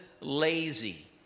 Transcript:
lazy